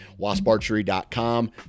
Wasparchery.com